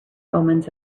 omens